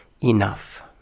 Enough